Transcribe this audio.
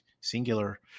singular